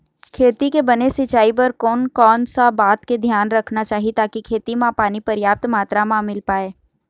खेती के बने सिचाई बर कोन कौन सा बात के धियान रखना चाही ताकि खेती मा पानी पर्याप्त मात्रा मा मिल पाए?